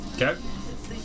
Okay